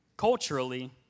culturally